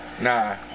Nah